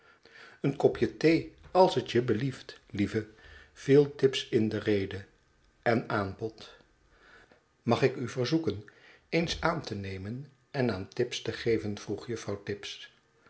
een kopje thee als t je blieft lieve viel tibbs in de rede en aanbod mag ik u verzoeken eens aan te nemen en aan tibbs te geven vroeg juffrouw tibbs